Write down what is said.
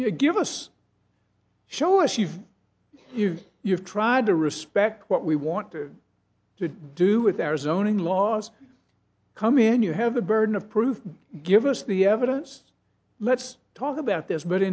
you give us show us you've used you've tried to respect what we want to do with our zoning laws come in you have the burden of proof give us the evidence let's talk about this but